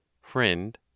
Friend